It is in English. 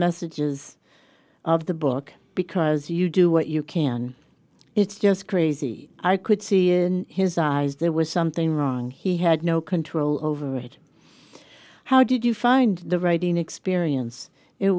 messages of the book because you do what you can it's just crazy i could see in his eyes there was something wrong he had no control over it how did you find the writing experience it